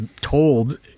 told